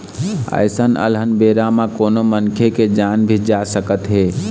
अइसन अलहन बेरा म कोनो मनखे के जान भी जा सकत हे